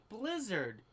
Blizzard